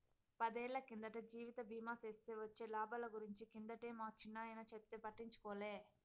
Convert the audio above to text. పదేళ్ళ కిందట జీవిత బీమా సేస్తే వొచ్చే లాబాల గురించి కిందటే మా చిన్నాయన చెప్తే పట్టించుకోలే